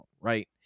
right